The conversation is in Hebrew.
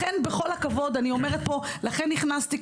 לכן נכנסתי.